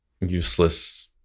useless